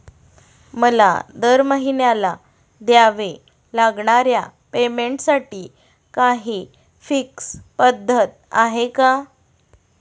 मला दरमहिन्याला द्यावे लागणाऱ्या पेमेंटसाठी काही फिक्स पद्धत आहे का?